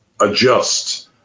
adjust